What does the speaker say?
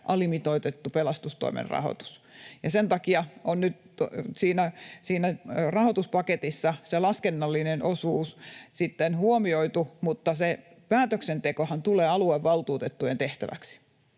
alimitoitettu pelastustoimen rahoitus. Sen takia nyt siinä rahoituspaketissa se laskennallinen osuus on sitten huomioitu, mutta se päätöksentekohan tulee aluevaltuutettujen tehtäväksi,